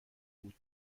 بود